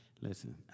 listen